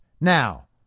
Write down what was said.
now